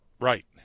Right